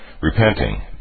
repenting